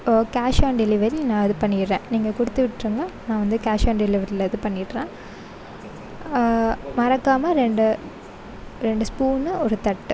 O cash on delivery நான் இது பண்ணிடறேன் நீங்கள் கொடுத்துவிட்டிருங்க நான் வந்து கேஷ் ஆன் டெலிவரியில் இது பண்ணிடறேன் மறக்காமல் ரெண்டு ரெண்டு ஸ்பூனு ஒரு தட்டு